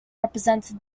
represented